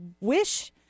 wish